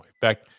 back